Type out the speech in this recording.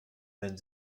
wenn